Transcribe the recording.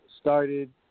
started